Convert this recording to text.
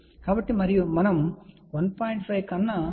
కాబట్టి మనము 1